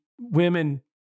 women